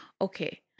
Okay